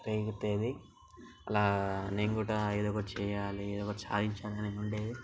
రెగెత్తేది అలా నేను కూడా ఏదో ఒకటి చెయ్యాలి ఏదో ఒకటి సాధించాలి అని ఉండేది